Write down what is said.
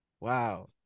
Wow